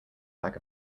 pack